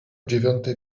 dziewiątej